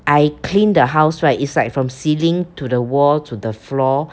I clean the house right it's like from ceiling to the wall to the floor